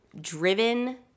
driven